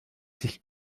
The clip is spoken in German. sich